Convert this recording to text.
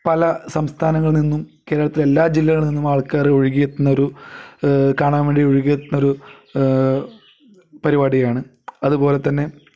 പല സംസ്ഥാനങ്ങളിൽ നിന്നും കേരളത്തിലെ എല്ലാ ജില്ലകളിൽ നിന്നും ആൾക്കാർ ഒഴുകിയെത്തുന്ന ഒരു കാണാൻ വേണ്ടി ഒഴുകിയെത്തുന്ന ഒരു പരിപാടിയാണ് അതുപോലെതന്നെ